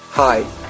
Hi